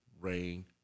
Rain